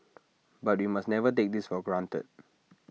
but we must never take this for granted